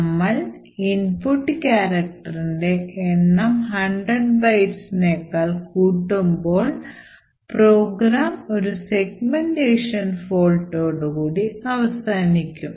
നമ്മൾ input character ഇനൻറെ എണ്ണം 100 bytes നേക്കാൾ കൂട്ടുമ്പോൾ പ്രോഗ്രാം ഒരു segmentation fault ഓടുകൂടി അവസാനിക്കും